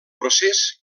procés